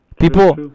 People